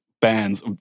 bands